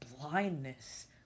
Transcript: blindness